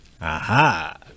aha